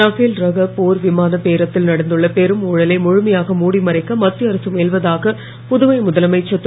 Rafale ரக போர் விமான பேரத்தில் நடந்துள்ள பெரும் ஊழலை முழுமையாக மூடி மறைத்த மத்திய அரசு முயலுவதாக புதுவை முதலமைச்சர் திரு